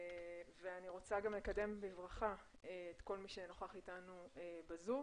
ואני רוצה גם לקדם בברכה את כל מי שנוכח איתנו בזום